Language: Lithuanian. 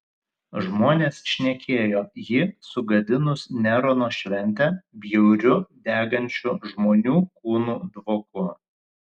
žmonės šnekėjo jį sugadinus nerono šventę bjauriu degančių žmonių kūnų dvoku